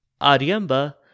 Aryamba